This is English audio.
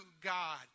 God